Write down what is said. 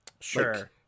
sure